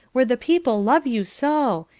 where the people love you so,